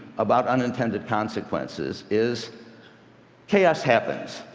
about unintended consequences is chaos happens